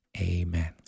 Amen